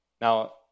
Now